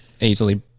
easily